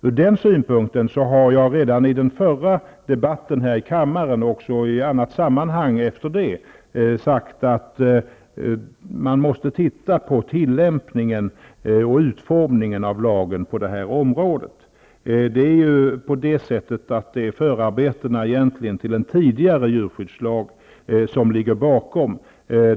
Från den synpunkten har jag redan i den förra debatten här i kammaren och i annat sammanhang därefter det sagt att man måste se över tillämpningen och utformningen av lagen på detta område. Det är egentligen förarbetena till en tidigare djurskyddslag som ligger bakom.